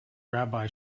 rabbi